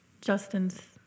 Justin's